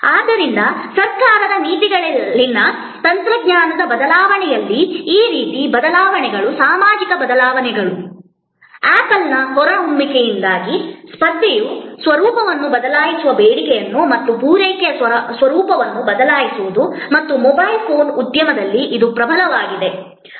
ಆದ್ದರಿಂದ ಸರ್ಕಾರದ ನೀತಿಗಳಲ್ಲಿನ ತಂತ್ರಜ್ಞಾನದ ಬದಲಾವಣೆಯಲ್ಲಿ ಈ ರೀತಿಯ ಬದಲಾವಣೆಗಳು ಸಾಮಾಜಿಕ ಬದಲಾವಣೆಗಳು ಸೇಬಿನ ಹೊರಹೊಮ್ಮುವಿಕೆಯಿಂದಾಗಿ ಸ್ಪರ್ಧೆಯ ಸ್ವರೂಪವನ್ನು ಬದಲಿಸುವ ಬೇಡಿಕೆ ಮತ್ತು ಪೂರೈಕೆಯ ಸ್ವರೂಪವನ್ನು ಬದಲಾಯಿಸುವುದು ಮತ್ತು ಮೊಬೈಲ್ ಫೋನ್ ಉದ್ಯಮದಲ್ಲಿ ಇದು ಪ್ರಬಲವಾಗಿದೆ